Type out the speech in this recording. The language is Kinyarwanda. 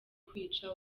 kwica